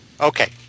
okay